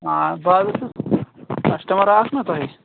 آ بہٕ آیوس کَسٹمَرا اکھ نا تۅہہِ